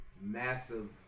massive